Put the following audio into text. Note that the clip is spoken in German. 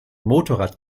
motorrad